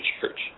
church